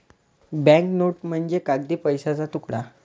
bank note म्हणजे कागदी पैशाचा तुकडा